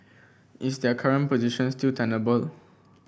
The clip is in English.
is their current position still tenable